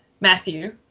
Matthew